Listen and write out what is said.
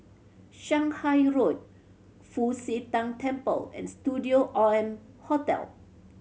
Shanghai Road Fu Xi Tang Temple and Studio M Hotel